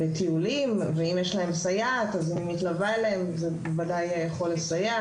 בטיולים ואם יש להם סייעת אז אם היא מתלווה אליהם זה בוודאי יכול לסייע,